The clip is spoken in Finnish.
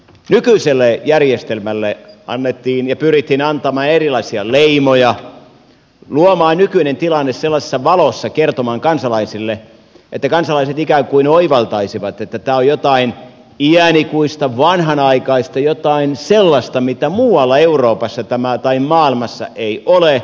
nykyiselle järjestelmälle annettiin ja pyrittiin antamaan erilaisia leimoja luomaan nykyinen tilanne sellaisessa valossa kertomaan kansalaisille että kansalaiset ikään kuin oivaltaisivat että tämä suomalainen kunnallishallinto on jotain iänikuista vanhanaikaista jotain sellaista mitä muualla euroopassa tai maailmassa ei ole